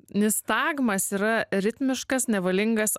nistagmas yra ritmiškas nevalingas